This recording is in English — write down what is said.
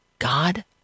God